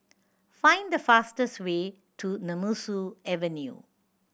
find the fastest way to Nemesu Avenue